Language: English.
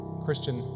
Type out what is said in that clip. Christian